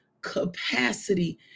capacity